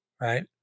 right